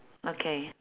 okay